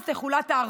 אז תחולט הערבות.